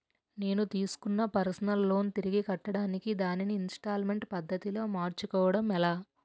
నేను తిస్కున్న personal loan తిరిగి కట్టడానికి దానిని ఇంస్తాల్మేంట్ పద్ధతి లో మార్చుకోవడం ఎలా?